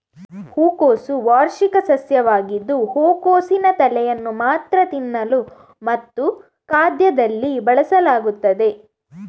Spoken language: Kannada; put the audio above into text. ಹೂಕೋಸು ವಾರ್ಷಿಕ ಸಸ್ಯವಾಗಿದ್ದು ಹೂಕೋಸಿನ ತಲೆಯನ್ನು ಮಾತ್ರ ತಿನ್ನಲು ಮತ್ತು ಖಾದ್ಯದಲ್ಲಿ ಬಳಸಲಾಗುತ್ತದೆ